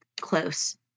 close